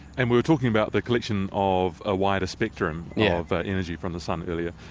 and we were talking about the collection of a wider spectrum yeah of ah energy from the sun earlier,